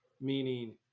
meaning